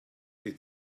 die